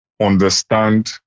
understand